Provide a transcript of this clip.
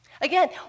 Again